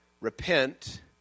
Repent